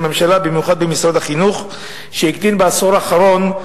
והתוצאה, שיש היום אחוז ממוצע,